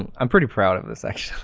um i'm pretty proud of this actually.